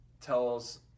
tells